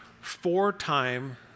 four-time